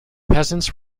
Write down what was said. peasants